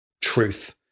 truth